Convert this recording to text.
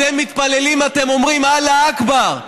אתם מתפללים, אתם אומרים: אללה אכבר.